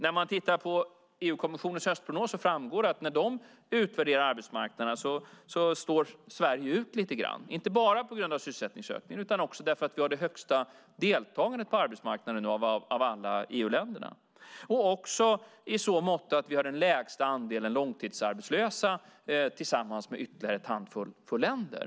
När man tittar på EU-kommissionens höstprognos framgår det att när de utvärderar arbetsmarknaderna står Sverige ut lite grann, inte bara på grund av sysselsättningsökningen utan också därför att vi har det högsta deltagandet på arbetsmarknaden av alla EU-länder, också i så måtto att vi har den lägsta andelen långtidsarbetslösa tillsammans med ytterligare en handfull länder.